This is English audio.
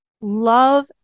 love